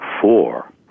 four